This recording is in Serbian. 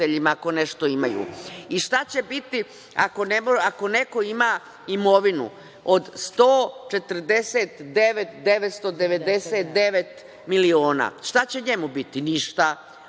ako nešto imaju. Šta će biti ako neko ima imovinu od 149.999 miliona? Šta će njemu biti? Ništa.